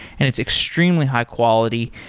and it's extremely high quality.